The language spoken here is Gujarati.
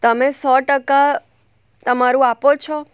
તમે સો ટકા તમારું આપો છો